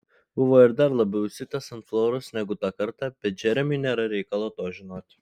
buvo ir dar labiau įsiutęs ant floros negu tą kartą bet džeremiui nėra reikalo to žinoti